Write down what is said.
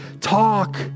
talk